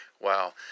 Wow